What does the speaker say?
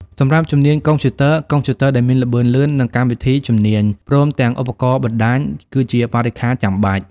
សម្រាប់ជំនាញកុំព្យូទ័រ កុំព្យូទ័រដែលមានល្បឿនលឿន និងកម្មវិធីជំនាញ ព្រមទាំងឧបករណ៍បណ្តាញ គឺជាបរិក្ខារចាំបាច់។